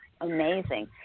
amazing